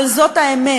אבל זאת האמת,